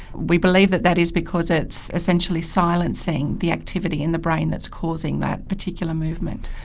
we believe that that is because it's essentially silencing the activity in the brain that's causing that particular movement.